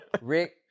Rick